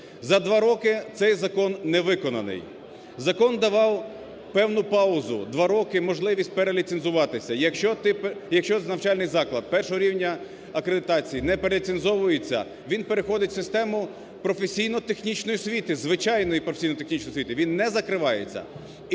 За два роки цей закон невиконаний. Закон давав певну паузу, два роки можливість переліцензуватися. Якщо навчальний заклад І рівня акредитації не переліцензовується, він переходить в систему професійно-технічної освіти, звичайної професійно-технічної освіти. Він не закривається.